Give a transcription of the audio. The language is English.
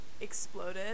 exploded